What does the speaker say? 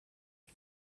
het